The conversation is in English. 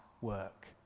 work